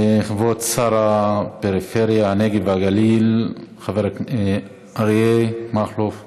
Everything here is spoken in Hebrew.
כבוד שר הפריפריה, הנגב והגליל אריה מכלוף דרעי.